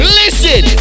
listen